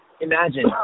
Imagine